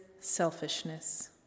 selfishness